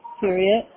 period